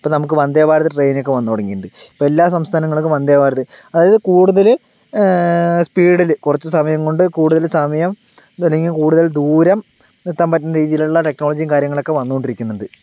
ഇപ്പോൾ നമുക്ക് വന്ദേഭാരത് ട്രെയിനൊക്കെ വന്നു തുടങ്ങിയിട്ടുണ്ട് ഇപ്പോൾ എല്ലാ സംസ്ഥാനങ്ങൾക്കും വന്ദേഭാരത് അതായത് കൂടുതൽ സ്പീഡിൽ കുറച്ച് സമയം കൊണ്ട് കൂടുതൽ സമയം കൂടുതൽ ദൂരം എത്താൻ പറ്റുന്ന രീതിയിലുള്ള ടെക്നോളോജിയും കാര്യങ്ങളൊക്കെ വന്നു കൊണ്ടിരിക്കുന്നുണ്ട്